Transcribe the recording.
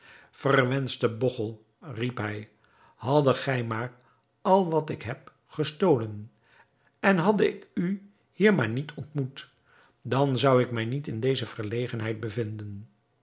verwenschte bogchel riep hij haddet gij maar al wat ik heb gestolen en hadde ik u hier maar niet ontmoet dan zou ik mij niet in deze verlegenheid bevinden